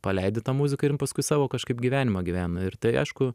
paleidi tą muziką ir jin paskui savo kažkaip gyvenimą gyvena ir tai aišku